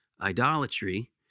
idolatry